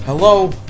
Hello